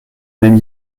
même